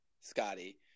Scotty